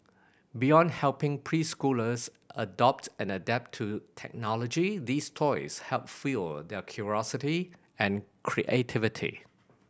beyond helping preschoolers adopt and adapt to technology these toys help fuel their curiosity and creativity